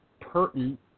pertinent